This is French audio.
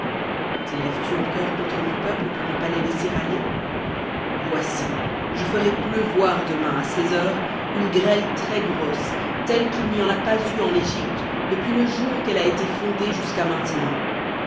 télèves tu encore contre mon peuple pour ne pas les laisser aller voici je ferai pleuvoir demain à ces heures une grêle très-grosse telle qu'il n'y en a pas eu en égypte depuis le jour qu'elle a été fondée jusqu'à maintenant